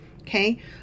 Okay